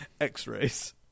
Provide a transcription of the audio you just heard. X-Rays